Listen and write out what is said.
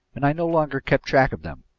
and i no longer kept track of them.